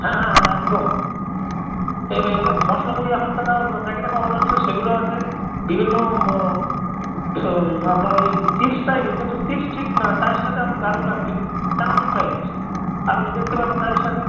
হ্যাঁ হ্যাঁ হ্যাঁ একদম এ মশলা মুড়ি এখন দাদা প্যাকেটে পাওয়া যাচ্ছে সেগুলো আছে বিভিন্ন আপনার ওই চিপস টাইপের কিন্তু চিপস ঠিক না চায়ের সাথে আপনি দারুণ লাগবে চানাচুর টাইপ আপনি দেখতে পারেন চায়ের সাথে